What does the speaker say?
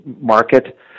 market